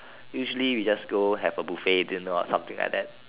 usually we just go have a buffet dinner or something like that